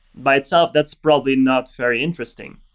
by itself, that's probably not very interesting.